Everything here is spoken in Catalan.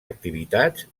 activitats